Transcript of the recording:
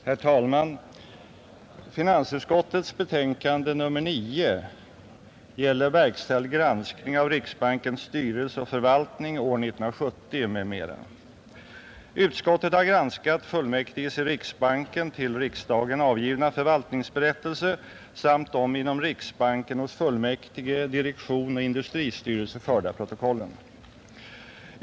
Herr talman! Finansutskottets betänkande nr 9 gäller verkställd granskning av riksbankens styrelse och förvaltning år 1970 m.m. Utskottet har granskat fullmäktiges i riksbanken till riksdagen avgivna förvaltningsberättelse samt de inom riksbanken hos fullmäktige, direktion och industristyrelse förda protokollen.